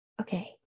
okay